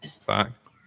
Fact